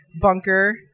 bunker